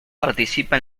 participa